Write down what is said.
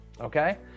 okay